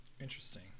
Interesting